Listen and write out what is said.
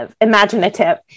Imaginative